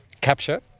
capture